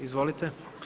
Izvolite.